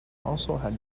also